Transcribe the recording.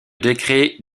décret